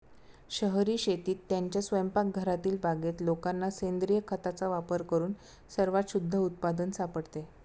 शहरी शेतीत, त्यांच्या स्वयंपाकघरातील बागेत लोकांना सेंद्रिय खताचा वापर करून सर्वात शुद्ध उत्पादन सापडते